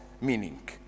meaning